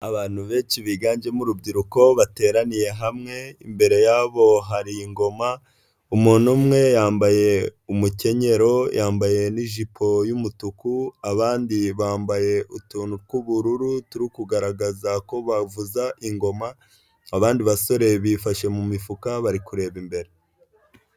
Abantu benshi biganjemo urubyiruko bateraniye hamwe, imbere yabo hari ingoma, umuntu umwe yambaye umukenyero, yambaye n'ijipo y'umutuku abandi bambaye utuntu tw'ubururu turi kugaragaza ko bavuza ingoma abandi basore bifashe mu mifuka bari kureba imbere.